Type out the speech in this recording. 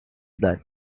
that